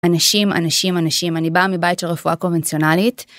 אנשים, אנשים, אנשים, אני באה מבית של רפואה קונבנציונלית.